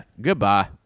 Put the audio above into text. Goodbye